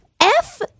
F-